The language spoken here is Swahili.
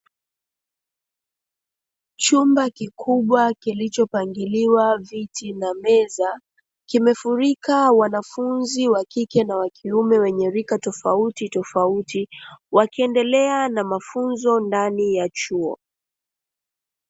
Chumba kikubwa kilichopangiliwa viti na meza, kimefurika wanafunzi wakike na wakiume wenye rika tofautitofauti, wakiendelea na mafunzo ndani ya chuo.